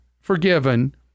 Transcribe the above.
forgiven